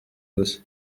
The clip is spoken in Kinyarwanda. gusa